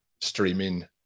streaming